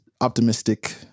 optimistic